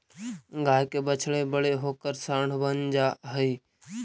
गाय के बछड़े बड़े होकर साँड बन जा हई